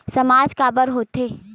सामाज काबर हो थे?